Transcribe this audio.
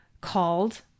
called